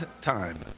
time